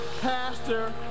pastor